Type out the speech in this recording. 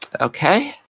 Okay